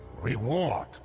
Reward